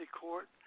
court